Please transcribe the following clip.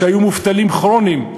שהיו מובטלים כרוניים,